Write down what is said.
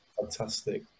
Fantastic